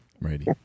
Ready